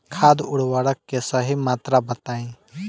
खाद उर्वरक के सही मात्रा बताई?